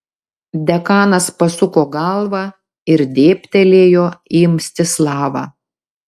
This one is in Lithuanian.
dekanas pasuko galvą ir dėbtelėjo į mstislavą